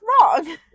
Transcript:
wrong